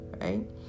right